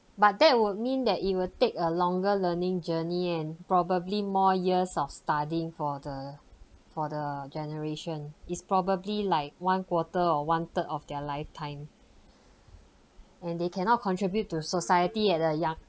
but that would mean that it will take a longer learning journey and probably more years of studying for the for the generation is probably like one quarter or one third of their lifetime and they cannot contribute to society at a young